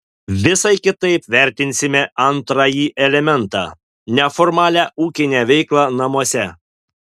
visai kitaip vertinsime antrąjį elementą neformalią ūkinę veiklą namuose